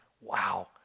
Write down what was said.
Wow